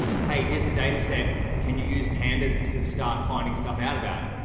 hey, here's a data set. can you use pandas to start finding stuff out about it?